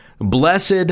Blessed